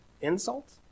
Insult